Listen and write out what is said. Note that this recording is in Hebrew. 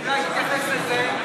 כדאי שתתייחס לזה.